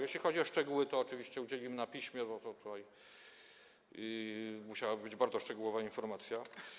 Jeśli chodzi o szczegóły, to oczywiście przedstawimy to na piśmie, bo to musiałaby być bardzo szczegółowa informacja.